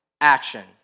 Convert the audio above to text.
action